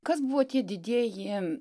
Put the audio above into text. kas buvo tie didieji